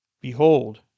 Behold